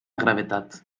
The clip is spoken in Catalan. gravetat